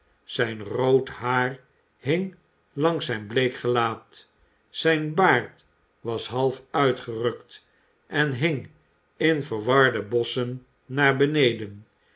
zijn rood haar hing langs zijn bleek gelaat zijn baard was half uitgerukt en hing in verwarde bossen naar beneden